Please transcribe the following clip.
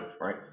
right